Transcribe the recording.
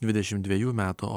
dvidešimt dvejų metų